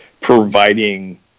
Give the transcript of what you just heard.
providing